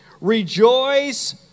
Rejoice